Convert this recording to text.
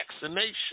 vaccination